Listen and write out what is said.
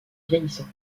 vieillissant